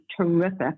terrific